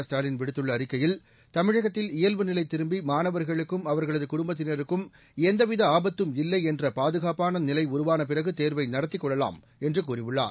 ஸ்டாலின் விடுத்துள்ள அறிக்கையில் தமிழகத்தில் இயல்புநிலை திரும்பி மாணவர்களுக்கும் அவர்களது குடும்பத்தினருக்கும் எந்தவித ஆபத்தும் இல்லை என்ற பாதுகாப்பான நிலை உருவான பிறகு தேர்வை நடத்திக்கொள்ளலாம் என்று கூறியுள்ளார்